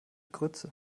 grütze